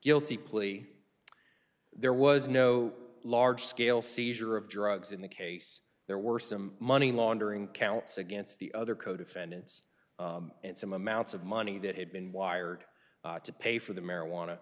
guilty plea there was no large scale seizure of drugs in the case there were some money laundering counts against the other co defendants and some amounts of money that had been wired to pay for the marijuana